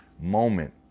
moment